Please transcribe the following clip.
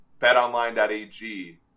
betonline.ag